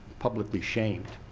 publicly shamed.